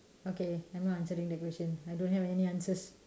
okay I'm not answering the question I don't have any answers